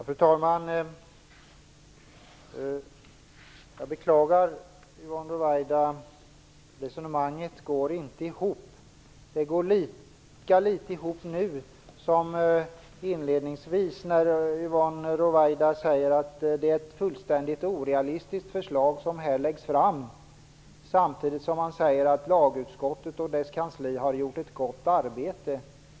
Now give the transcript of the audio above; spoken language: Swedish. Fru talman! Jag beklagar, Yvonne Ruwaida. Resonemanget går inte ihop. Det går lika litet ihop nu som inledningsvis som när Yvonne Ruwaida säger att det är ett fullständigt orealistiskt förslag som här läggs fram, samtidigt som hon säger att lagutskottet och dess kansli har gjort ett gott arbete.